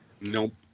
Nope